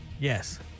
Yes